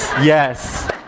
yes